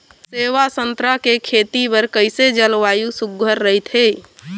सेवा संतरा के खेती बर कइसे जलवायु सुघ्घर राईथे?